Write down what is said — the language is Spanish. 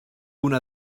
una